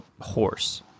horse